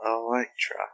Electra